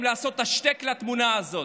אם לעשות "השתק" לתמונה הזאת,